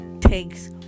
takes